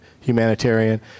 humanitarian